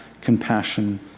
compassion